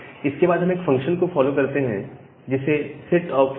इसके बाद हम एक फंक्शन को कॉल करते हैं जिसे कहते हैं सेट सॉक ऑप्ट